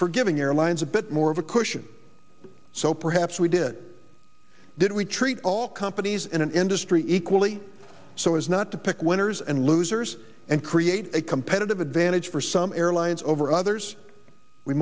for giving the airlines a bit more of a cushion so perhaps we did did we treat all companies and industry equally so as not to pick winners and losers and create a competitive advantage for some airlines over others we